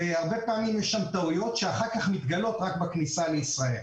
והרבה פעמים יש שם טעויות שמתגלות רק בכניסה לישראל.